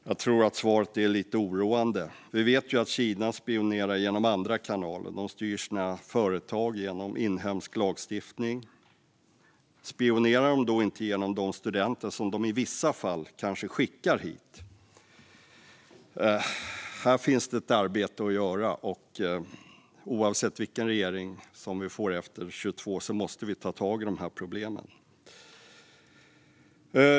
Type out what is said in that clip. Jag tror att svaret är lite oroande. Vi vet ju att Kina spionerar genom andra kanaler. De styr sina företag genom inhemsk lagstiftning. Spionerar de då inte genom de studenter som de i vissa fall kanske skickar hit? Här finns det arbete att göra. Oavsett vilken regering vi får efter 2022 måste vi ta tag i de här problemen.